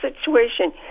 situation